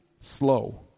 slow